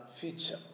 future